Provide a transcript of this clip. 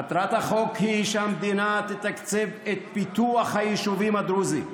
מטרת החוק היא שהמדינה תתקצב את פיתוח היישובים הדרוזיים,